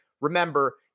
Remember